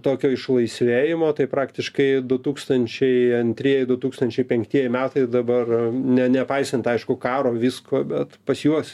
tokio išlaisvėjimo tai praktiškai du tūkstančiai antrieji du tūkstančiai penktieji metai dabar ne nepaisant aišku karo visko bet pas juos